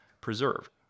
preserved